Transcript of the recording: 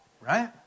right